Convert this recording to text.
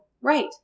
right